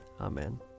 Amen